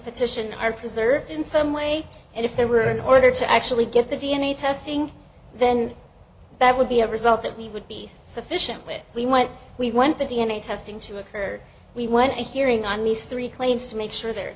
petition are preserved in some way and if they were in order to actually get the d n a testing then that would be a result that we would be sufficient with we want we want the d n a testing to occur we want hearing on these three claims to make sure they're